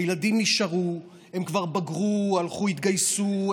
הילדים נשארו, הם כבר בגרו, הלכו, התגייסו.